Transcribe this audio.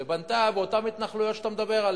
שבנתה באותן התנחלויות שאתה מדבר עליהן.